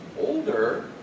older